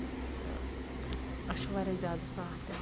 تہٕ اَسہِ چھُ واریاہ زیادٕ ساتھ تہِ اَتھ